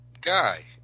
guy